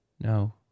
No